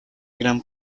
gran